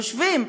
יושבים,